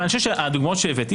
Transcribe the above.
אני חושב שהדוגמאות שהבאתי,